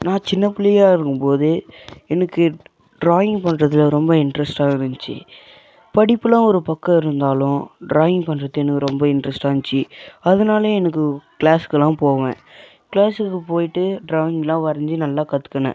நான் சின்ன பிள்ளையா இருக்கும் போதே எனக்கு ட்ராயிங் பண்ணுறதுல ரொம்ப இன்ட்ரஸ்டாக இருந்துச்சு படிப்புலாம் ஒரு பக்கம் இருந்தாலும் ட்ராயிங் பண்ணுறது எனக்கு ரொம்ப இன்ட்ரஸ்ட்டாக இருந்துச்சு அதனாலயே எனக்கு க்ளஸுக்குலாம் போவேன் க்ளாஸுக்கு போயிவிட்டு ட்ராயிங்லாம் வரைஞ்சி நல்லா கற்றுக்குன